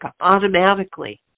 automatically